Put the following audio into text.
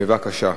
בבקשה.